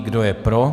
Kdo je pro?